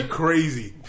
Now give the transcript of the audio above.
crazy